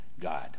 God